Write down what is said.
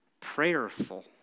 prayerful